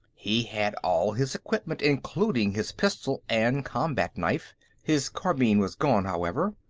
he had all his equipment, including his pistol and combat-knife his carbine was gone, however.